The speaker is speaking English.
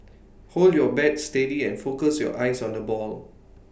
hold your bat steady and focus your eyes on the ball